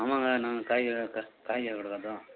ஆமாங்க நாங்கள் காய் க காய் வியாபாரம் பண்ணுறோம்